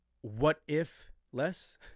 what-if-less